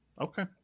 Okay